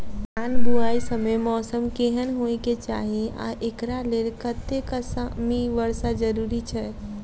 धान बुआई समय मौसम केहन होइ केँ चाहि आ एकरा लेल कतेक सँ मी वर्षा जरूरी छै?